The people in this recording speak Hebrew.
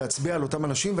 להצביע על אותם אנשים,